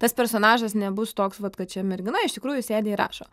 tas personažas nebus toks vat kad čia mergina iš tikrųjų sėdi ir rašo